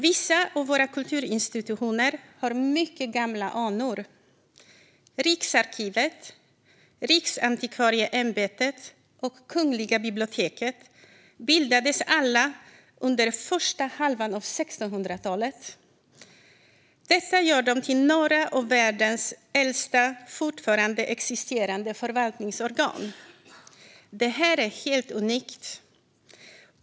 Vissa av våra kulturinstitutioner har mycket gamla anor. Riksarkivet, Riksantikvarieämbetet och Kungliga biblioteket bildades alla under första halvan av 1600-talet, vilket gör dem till några av världens äldsta fortfarande existerande förvaltningsorgan. Detta är helt unikt.